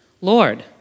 Lord